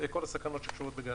כל הסכנות שקשורות בגז.